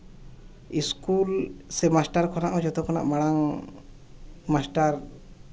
school ᱥᱮ master ᱠᱷᱚᱱᱟᱜ ᱦᱚᱸ ᱡᱚᱛᱚ ᱠᱷᱚᱱᱟᱜ ᱦᱚᱸ ᱢᱟᱲᱟᱝ ᱢᱟᱥᱴᱟᱨ